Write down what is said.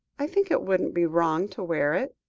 i think it wouldn't be wrong to wear it.